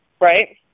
right